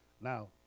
Now